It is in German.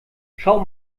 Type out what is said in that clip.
schau